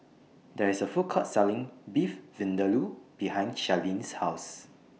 There IS A Food Court Selling Beef Vindaloo behind Charlene's House